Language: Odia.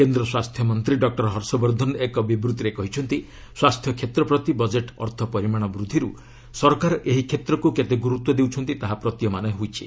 କେନ୍ଦ୍ର ସ୍ୱାସ୍ଥ୍ୟ ମନ୍ତ୍ରୀ ଡକ୍ଟର ହର୍ଷବର୍ଦ୍ଧନ ଏକ ବିବୃତ୍ତିରେ କହିଛନ୍ତି ସ୍ୱାସ୍ଥ୍ୟ କ୍ଷେତ୍ର ପ୍ରତି ବଜେଟ୍ ଅର୍ଥ ପରିମାଣ ବୃଦ୍ଧିର ସରକାର ଏହି କ୍ଷେତ୍ରକୁ କେତେ ଗୁରୁତ୍ୱ ଦେଉଛନ୍ତି ତାହା ପ୍ରତିୟମାନ ହୋଇଛି